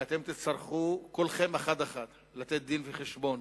ואתם תצטרכו כולכם, אחד-אחד, לתת דין-וחשבון